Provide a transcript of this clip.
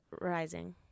Rising